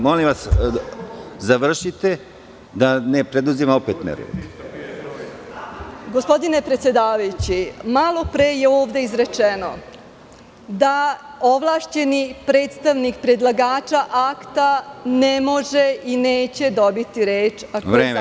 Molim vas, završite da ne preduzimam opet meru.) Gospodine predsedavajući, malo pre je ovde izrečeno da ovlašćeni predstavnik predlagača akta ne može i neće dobiti reč ako je zatraži.